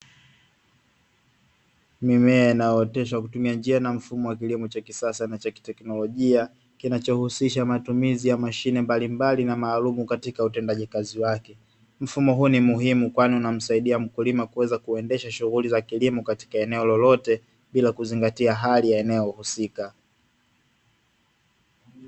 Mimea inayooteshwa kwa kutumia njia na mfumo wa kilimo cha kisasa na cha kiteknolojia, kinachohusisha matumizi ya mashine mbalimbali na maalum katika utendaji kazi wake. Mfumo huu ni muhimu kwani unamsaidia mkulima kuweza kuendesha shughuli za kilimo katika eneo lolote bila kuzingatia hali ya eneo husika.